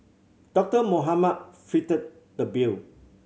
Doctor Mohamed fitted the bill